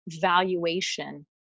valuation